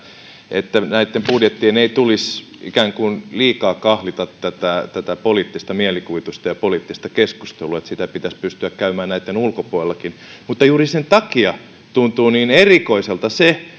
että näitten budjettien ei tulisi ikään kuin liikaa kahlita tätä tätä poliittista mielikuvitusta ja poliittista keskustelua että sitä pitäisi pystyä käymään näitten ulkopuolellakin mutta juuri sen takia tuntuu niin erikoiselta se